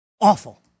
awful